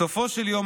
בסופו של יום,